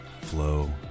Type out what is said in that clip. flow